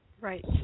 Right